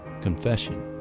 confession